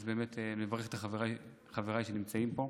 אז באמת נברך את חבריי שנמצאים פה.